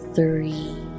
Three